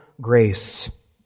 grace